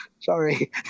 sorry